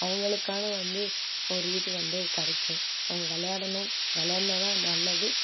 அவங்களுக்கான வந்து ஒரு இது வந்து கிடைக்கும் அவங்க விளையாடணும் விளையாடுணா தான் நல்லது